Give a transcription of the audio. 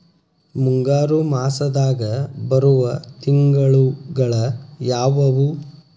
ಮುಂಗಾರು ಮಾಸದಾಗ ಬರುವ ತಿಂಗಳುಗಳ ಯಾವವು?